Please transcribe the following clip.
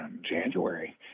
January